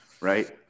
right